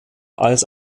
als